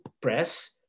press